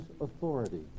authority